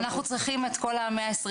אנחנו צריכים את כל ה-120 איתנו,